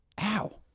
Ow